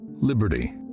Liberty